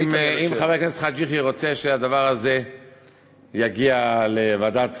אם חבר הכנסת חאג' יחיא רוצה שהדבר הזה יגיע לוועדת החינוך,